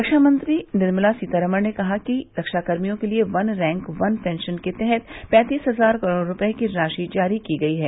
रक्षामंत्री निर्मला सीतारामन ने कहा है कि रक्षाकर्मियों के लिए वन रैंक वन पेंशन के तहत पैंतीस हजार करोड़ रुपये की राशि जारी की गई है